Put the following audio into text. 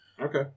Okay